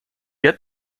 yet